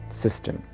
system